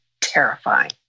terrifying